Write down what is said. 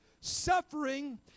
suffering